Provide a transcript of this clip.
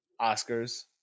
Oscars